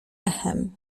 echem